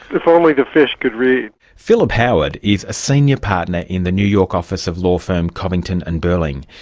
if only the fish could read! philip howard is a senior partner in the new york office of law firm covington and burling.